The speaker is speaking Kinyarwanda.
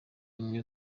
ubumwe